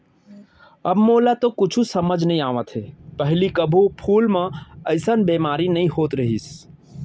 अब मोला तो कुछु समझ म नइ आवत हे, पहिली कभू फूल मन म अइसन बेमारी नइ होत रहिस